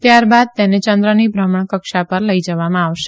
ત્યારબાદ તેને ચંદ્રની ભ્રમણકક્ષ પર લઇ જવામાં આવશે